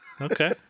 Okay